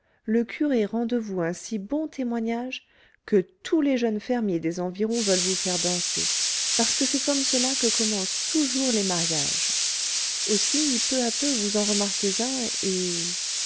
le curé rend de vous un si bon témoignage que tous les jeunes fermiers des environs veulent vous faire danser parce que c'est comme cela que commencent toujours les mariages aussi peu à peu vous en remarquez un et